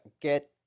get